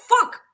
fuck